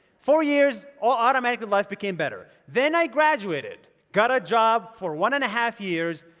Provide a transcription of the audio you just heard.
four years automatically, life became better. then i graduated, got a job for one-and-a-half years,